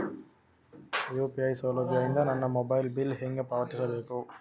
UPI ಸೌಲಭ್ಯ ಇಂದ ನನ್ನ ಮೊಬೈಲ್ ಬಿಲ್ ಹೆಂಗ್ ಪಾವತಿಸ ಬೇಕು?